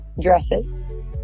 dresses